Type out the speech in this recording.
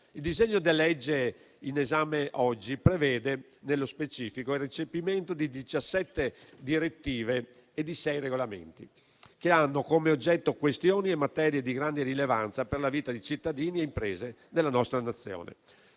Il disegno della legge oggi in esame prevede, nello specifico, il recepimento di diciassette direttive e di sei regolamenti, che hanno come oggetto questioni e materie di grande rilevanza per la vita di cittadini e imprese della nostra Nazione.